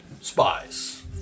spies